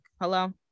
hello